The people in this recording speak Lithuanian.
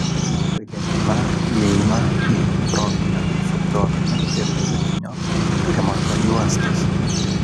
argentina įeina į tropinio subtropinio ir vidutinio klimato juostas